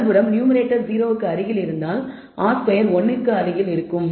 மறுபுறம் நியூமேரேட்டர் 0 க்கு அருகில் இருந்தால் r ஸ்கொயர் 1 க்கு அருகில் உங்களுக்கு கிடைக்கும்